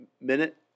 minute